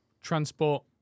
transport